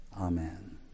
Amen